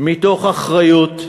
מתוך אחריות,